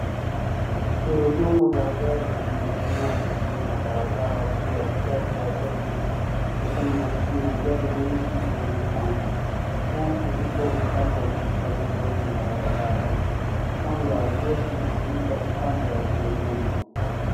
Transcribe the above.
Gurudumu la gari limegemea pembeni ya barabara juu ya vigae vya zege. Sehemu ya chini ya gari nyeusi inaonekana. Nyasi zipo upande wa kushoto karibu na barabara. Mwanga wa jua unamulika upande wa gurudumu.